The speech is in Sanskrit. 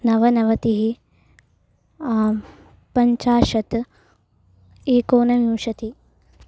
नवनवतिः पञ्चाशत् एकोनविंशतिः